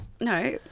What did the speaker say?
No